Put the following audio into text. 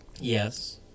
Yes